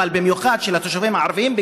אבל במיוחד של התושבים הערבים,